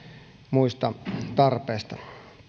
muista tarpeista